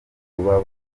kuba